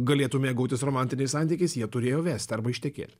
galėtų mėgautis romantiniais santykiais jie turėjo vest arba ištekėt